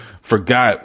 forgot